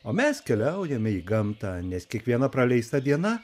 o mes keliaujame į gamtą nes kiekviena praleista diena